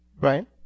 Right